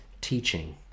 teaching